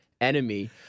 enemy